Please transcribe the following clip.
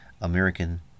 American